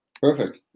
Perfect